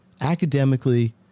academically